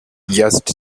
just